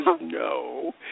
no